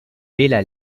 bella